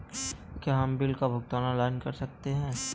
क्या हम बिल का भुगतान ऑनलाइन कर सकते हैं?